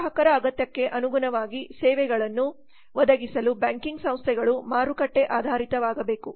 ಗ್ರಾಹಕರ ಅಗತ್ಯಕ್ಕೆ ಅನುಗುಣವಾಗಿ ಸೇವೆಗಳನ್ನು ಒದಗಿಸಲು ಬ್ಯಾಂಕಿಂಗ್ ಸಂಸ್ಥೆಗಳು ಮಾರುಕಟ್ಟೆ ಆಧಾರಿತವಾಗಬೇಕು